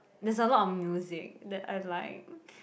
there's a lot of music that I like